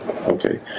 Okay